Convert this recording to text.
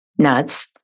Nuts